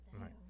right